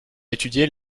étudier